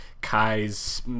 Kai's